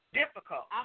difficult